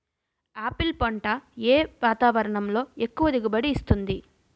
Apple పంట ఏ వాతావరణంలో ఎక్కువ దిగుబడి ఇస్తుంది?